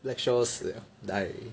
black shores 死 liao die already